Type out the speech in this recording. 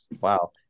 Wow